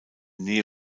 nähe